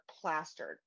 plastered